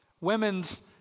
Women's